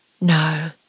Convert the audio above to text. No